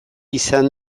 izan